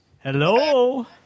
Hello